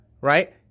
right